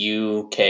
UK